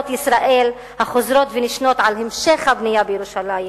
ישראל החוזרות ונשנות על המשך הבנייה בירושלים.